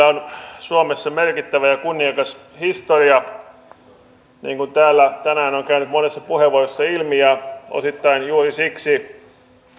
on suomessa merkittävä ja kunniakas historia niin kuin täällä tänään on käynyt monessa puheenvuorossa ilmi ja osittain juuri siksi